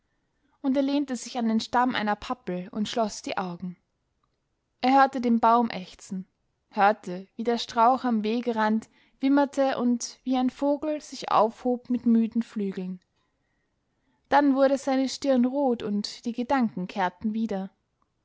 und er lehnte sich an den stamm einer pappel und schloß die augen er hörte den baum ächzen hörte wie der strauch am wegrande wimmerte und wie ein vogel sich aufhob mit müden flügeln dann wurde seine stirn rot und die gedanken kehrten wieder